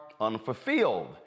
unfulfilled